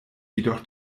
jedoch